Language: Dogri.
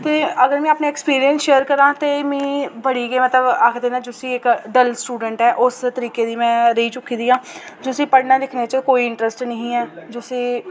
ते अगर में अपने एक्सपीरियंस शेयर करांऽ ते मीं बड़ी गै मतलब आखदे न जुस्सी इक डल स्टूडेंट ऐ उस तरीके दी में रेही चुकी दी आं जुस्सी पढ़ने लिखने च कोई इंटरस्ट निं ही ऐ जुस्सी